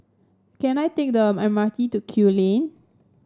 can I take the M R T to Kew Lane